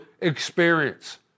experience